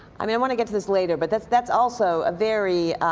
i mean i want to get to this later, but that's that's also a very